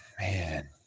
man